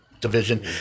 division